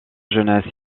jeunesse